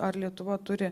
ar lietuva turi